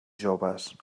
joves